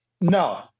No